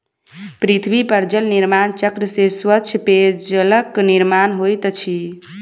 पृथ्वी पर जल निर्माण चक्र से स्वच्छ पेयजलक निर्माण होइत अछि